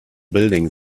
building